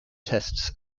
tests